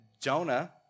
Jonah